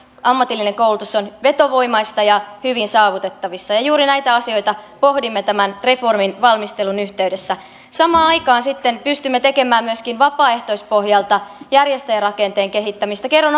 ammatillinen koulutus on vetovoimaista ja hyvin saavutettavissa ja juuri näitä asioita pohdimme tämän reformin valmistelun yhteydessä samaan aikaan sitten pystymme tekemään myöskin vapaaehtoispohjalta järjestäjärakenteen kehittämistä kerron